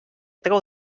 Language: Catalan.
trau